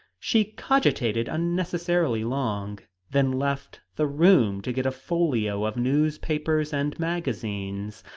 she cogitated unnecessarily long, then left the room to get a folio of newspapers and magazines.